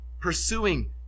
pursuing